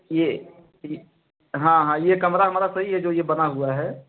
यह हाँ हाँ यह कमरा हमारा सही है जो यह बना हुआ है